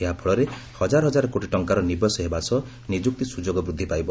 ଏହା ଫଳରେ ହଜାର ହଜାର କୋଟି ଟଙ୍କାର ନିବେଶ ହେବା ସହ ନିଯୁକ୍ତି ସ୍ୱଯୋଗ ବୃଦ୍ଧି ପାଇବ